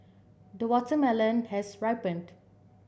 the watermelon has ripened